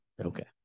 okay